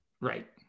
Right